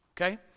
okay